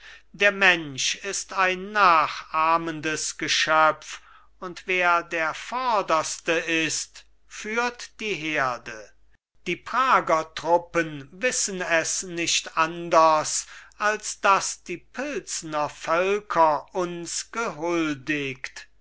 der mensch ist ein nachahmendes geschöpf und wer der vorderste ist führt die herde die prager truppen wissen es nicht anders als daß die pilsner völker uns gehuldigt